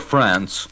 France